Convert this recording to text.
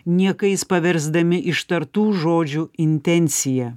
niekais paversdami ištartų žodžių intenciją